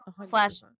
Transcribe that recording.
Slash